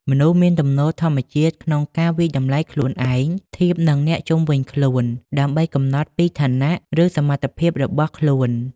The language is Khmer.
មនុស្សមានទំនោរធម្មជាតិក្នុងការវាយតម្លៃខ្លួនឯងធៀបនឹងអ្នកជុំវិញខ្លួន ដើម្បីកំណត់ពីឋានៈ ឬសមត្ថភាពរបស់ខ្លួន។